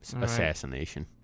Assassination